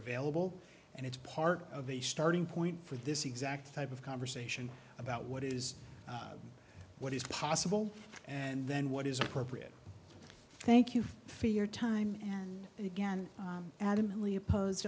available and it's part of a starting point for this exact type of conversation about what is what is possible and then what is appropriate thank you for your time and again adamantly opposed